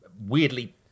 weirdly